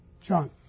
John